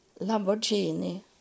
Lamborghini